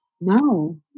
No